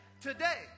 today